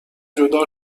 جدا